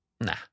Nah